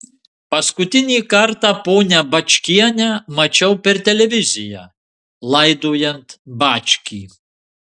paskutinį kartą ponią bačkienę mačiau per televiziją laidojant bačkį